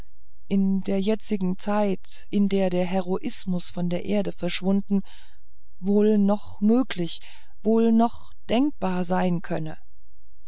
in der jetzigen zeit in der der heroismus von der erde verschwunden wohl noch möglich wohl noch denkbar sein könne